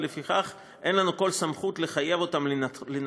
ולפיכך אין לנו כל סמכות לחייב אותם לנקות